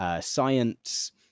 science